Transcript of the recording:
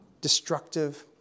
destructive